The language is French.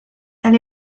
elle